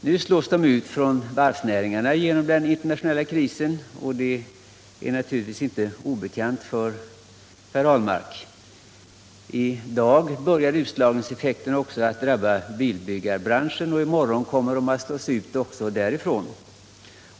Nu slås de ut från varvsnäringen genom den internationella krisen, och det är naturligtvis inte obekant för Per Ahlmark. I dag börjar utslagningseffekterna att drabba också bilbyggarbranschen och i morgon kommer människorna att slås ut även därifrån.